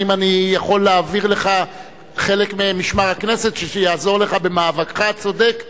האם אני יכול להעביר לך חלק ממשמר הכנסת שיעזור לך במאבקך הצודק שם?